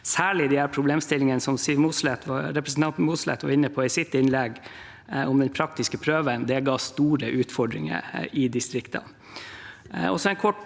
til de problemstillingene som representanten Mossleth var inne på i sitt innlegg, om den praktiske prøven. Det ga store utfordringer i distriktene.